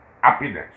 happiness